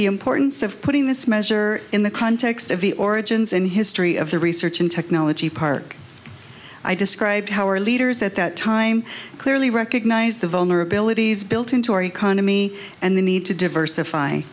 the importance of putting this measure in the context of the origins in history of the research and technology park i described how our leaders at that time clearly recognized the vulnerabilities built into our economy and the need to diversify